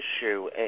issue